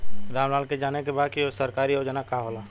राम लाल के जाने के बा की सरकारी योजना का होला?